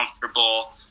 comfortable